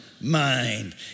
mind